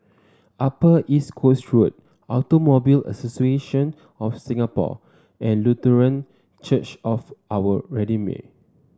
Upper East Coast Road Automobile Association of Singapore and Lutheran Church of Our Redeemer